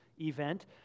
event